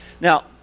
Now